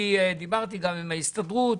דיברתי גם עם ההסתדרות.